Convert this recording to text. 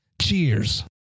Cheers